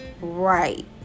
right